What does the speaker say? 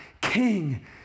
king